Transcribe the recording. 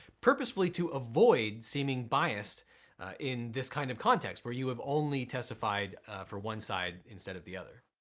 purposefully to avoid seeming biased in this kind of context where you have only testified for one side instead of the other.